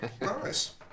Nice